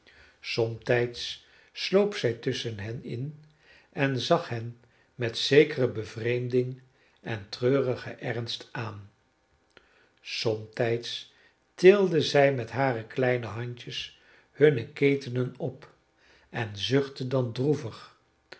somtijds sloop zij tusschen hen in en zag hen met zekere bevreemding en treurigen ernst aan somtijds tilde zij met hare kleine handjes hunne ketenen op en zuchtte dan droevig